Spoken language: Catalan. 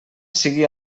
sigui